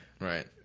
right